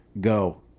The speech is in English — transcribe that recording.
go